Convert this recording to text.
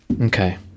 Okay